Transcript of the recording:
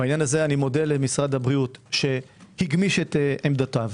בעניין הזה אני מודה למשרד הבריאות שהגמיש עמדותיו.